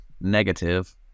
Negative